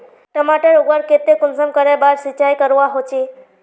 टमाटर उगवार केते कुंसम करे बार सिंचाई करवा होचए?